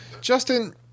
Justin